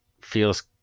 feels